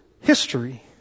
history